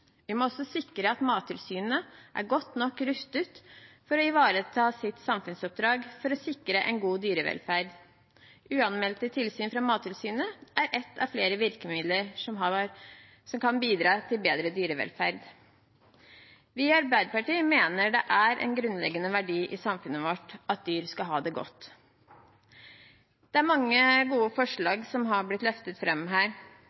Vi må også sikre at Mattilsynet er godt nok rustet for å ivareta sitt samfunnsoppdrag for å sikre en god dyrevelferd. Uanmeldte tilsyn fra Mattilsynet er et av flere virkemidler som kan bidra til bedre dyrevelferd. Vi i Arbeiderpartiet mener det er en grunnleggende verdi i samfunnet vårt at dyr skal ha det godt. Det er mange gode forslag som har blitt løftet fram her,